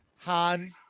Han